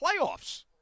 playoffs